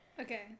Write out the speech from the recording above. Okay